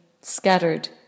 scattered